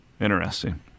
Interesting